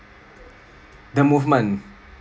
the movement